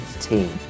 team